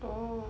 oh